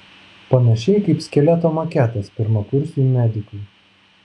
panašiai kaip skeleto maketas pirmakursiui medikui